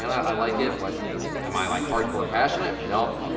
i like it but am i like hardcore passionate? no,